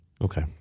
Okay